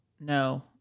No